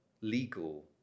legal